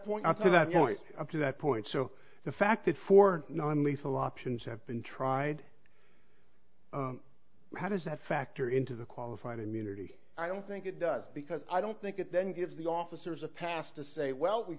point to that point up to that point so the fact that for non lethal options have been tried how does that factor into the qualified immunity i don't think it does because i don't think it then gives the officers a pass to say well we